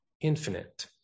infinite